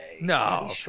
No